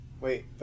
wait